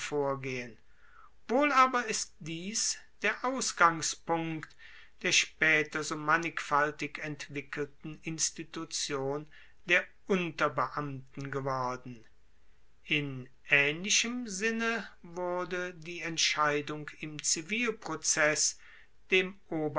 wohl aber ist dies der ausgangspunkt der spaeter so mannigfaltig entwickelten institution der unterbeamten geworden in aehnlichem sinne wurde die entscheidung im zivilprozess dem